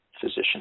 physician